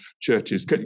Churches